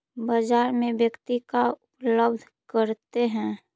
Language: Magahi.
बाजार में व्यक्ति का उपलब्ध करते हैं?